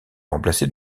remplacé